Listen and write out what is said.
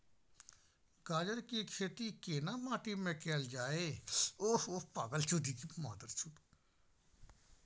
गाजर के खेती केना माटी में कैल जाए?